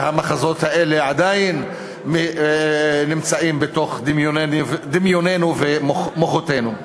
והמחזות האלה עדיין נמצאים בדמיוננו ובמוחותינו.